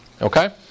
Okay